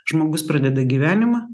žmogus pradeda gyvenimą